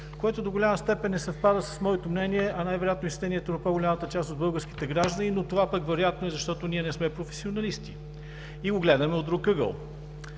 което до голяма степен не съвпада с моето мнение, а най-вероятно и с мнението на по-голямата част от българските граждани. Това пък обаче вероятно е, защото ние не сме професионалисти и го гледаме от друг ъгъл.